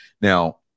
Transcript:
Now